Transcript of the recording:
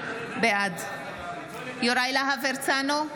בעד יוראי להב הרצנו,